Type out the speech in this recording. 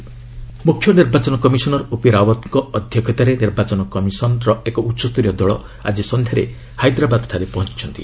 ECI ମୁଖ୍ୟ ନିର୍ବାଚନ commissioner OP ରାଓ୍ୱତଙ୍କ ଅଧ୍ୟକ୍ଷତାରେ ନିର୍ବାଚନ କମିଶନ୍ ର ଏକ ଉଚ୍ଚସ୍ତରୀୟ ଦଳ ଆଜି ସନ୍ଧ୍ୟାରେ ହାଇଦ୍ରାବାଦ୍ଠାରେ ପହଞ୍ଚିଛନ୍ତି